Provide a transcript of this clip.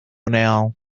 now